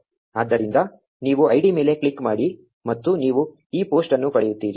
ಆದ್ದರಿಂದ ನೀವು ಐಡಿ ಮೇಲೆ ಕ್ಲಿಕ್ ಮಾಡಿ ಮತ್ತು ನೀವು ಈ ಪೋಸ್ಟ್ ಅನ್ನು ಪಡೆಯುತ್ತೀರಿ